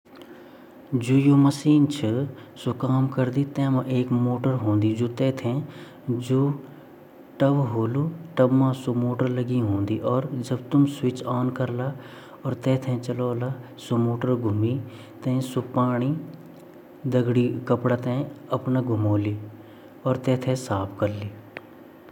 जु washing machine छिन वेते मै अगर जेते नि पता वेते समझोलू कि यू योक बिजली द्वारा चलंड वाई मशीन ची ता ये मा हम अपरा अलग-अलग कपडा अलग-अलग ढंग से द्वे सकन, वे मा पांडी डाईते अर वेमा सर्फ़ डाईते अर टाइम फिक्स करि ते कपडा हिसाब से मशीन चले सकन अर वेमा हम कपडा सूखे भी सकन, सूखे ते हम अपर जान क्वे भी धूंड चान जू जन-जन कपडा छिन कपडा हिसाब से हम मशीन यूज़ कर सकन।